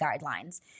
guidelines